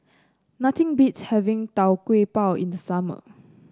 nothing beats having Tau Kwa Pau in the summer